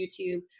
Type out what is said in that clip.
YouTube